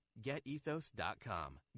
GetEthos.com